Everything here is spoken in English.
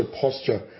posture